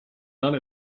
done